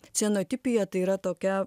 cianotipija tai yra tokia